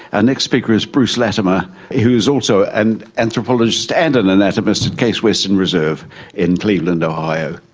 ah next speaker is bruce latimer who is also an anthropologist and an anatomist at case western reserve in cleveland, ohio.